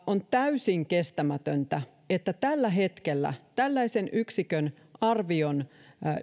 on täysin kestämätöntä että tällä hetkellä tällaisen yksikön arvion